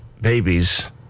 babies